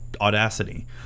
audacity